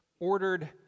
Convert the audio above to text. ordered